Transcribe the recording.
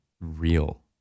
real